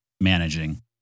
managing